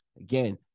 Again